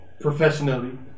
Professionally